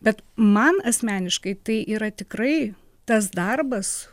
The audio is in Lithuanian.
bet man asmeniškai tai yra tikrai tas darbas